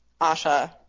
Asha